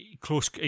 Close